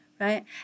Right